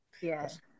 Yes